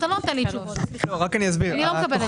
שאת מדברת